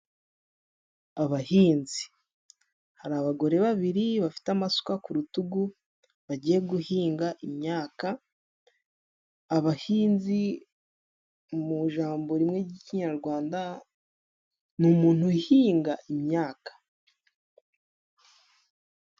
Abahinzi, hari abagore babiri bafite amasuka ku rutugu bagiye guhinga imyaka, abahinzi mu ijambo rimwe ry'ikinyarwanda ni umuntu uhinga imyaka.